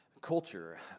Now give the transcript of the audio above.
culture